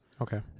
Okay